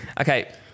Okay